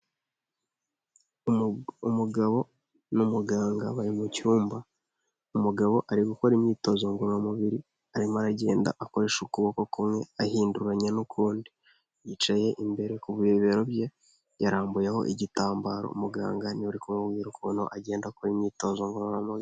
Umugabo n'umuganga bari mu cyumba, umugabo ari gukora imyitozo ngororamubiri arimo aragenda akoresha ukuboko kumwe ahinduranya n'ukundi, yicaye imbere ku bibero bye yarambuyeho igitambaro muganga niwe uri kumubwira ukuntu agenda akora imyitozo ngororamubiri.